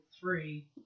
three